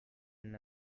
and